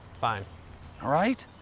fine. all right?